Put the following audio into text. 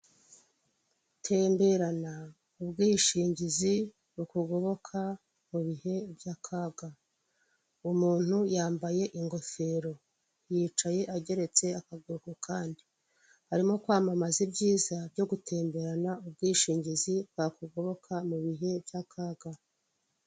Temberana ubwishingizi bukugoboka mu bihe by'akaga. Umuntu yambaye ingofero yicaye ageretse akaguru ku kandi. Arimo kwamamaza ibyiza byo gutemberana ubwishingizi, bwakugoboka mu bihe by'akaga.